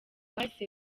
bahise